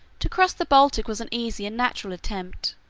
to cross the baltic was an easy and natural attempt.